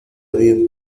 bien